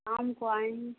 शाम को आएँगे